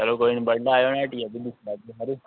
चलो कोई निं बडलै आएओ निं हट्टिया भी दिक्खी लैह्गे खरी